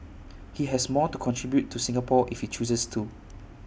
he has more to contribute to Singapore if he chooses to